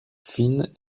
fine